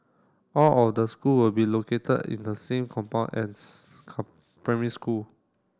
all of the school will be located in the same compound as primary school